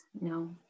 No